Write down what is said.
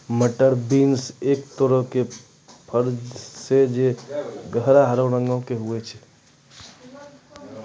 मटर बींस एक तरहो के फर छै जे गहरा हरा रंगो के होय छै